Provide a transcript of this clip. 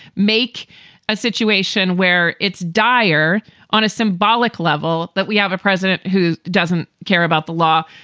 make a situation where it's dire on a symbolic level that we have a president who doesn't care about the law.